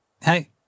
hey